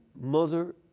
Mother